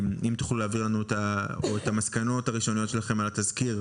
אם תוכלו להעביר לנו את המסקנות הראשוניות שלכם על התזכיר,